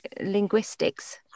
linguistics